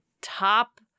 top